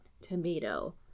Tomato